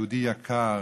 יהודי יקר,